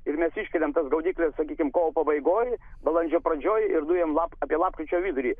ir mes iškeliam tas gaudykles sakykim kovo pabaigoj balandžio pradžioj ir nuimam apie lapkričio vidurį